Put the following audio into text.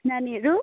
नानीहरू